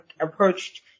approached